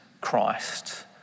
Christ